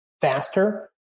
faster